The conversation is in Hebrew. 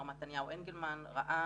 מר מתניהו אנגלמן,